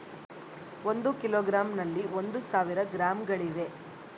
ಒಂದು ಕಿಲೋಗ್ರಾಂ ನಲ್ಲಿ ಒಂದು ಸಾವಿರ ಗ್ರಾಂಗಳಿವೆ